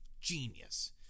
genius